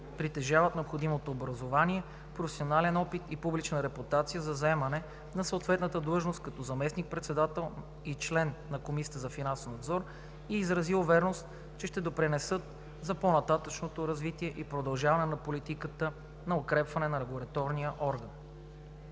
притежават необходимото образование, професионален опит и публична репутация за заемане на съответната длъжност – като заместник-председател и член на Комисията за финансов надзор, и изрази увереност, че ще допринесат за по-нататъшното развитие и продължаване на политиката на укрепване на регулаторния орган.